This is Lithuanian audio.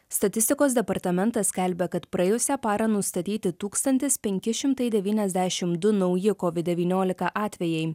statistikos departamentas skelbia kad praėjusią parą nustatyti tūkstantis penki šimtai devyniasdešim du nauji kovid devyniolika atvejai